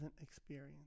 experience